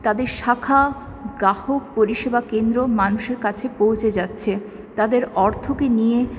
তাদের শাখা গ্রাহক পরিষেবাকেন্দ্র মানুষের কাছে পৌঁছে যাচ্ছে তাদের অর্থকে নিয়ে